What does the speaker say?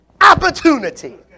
opportunity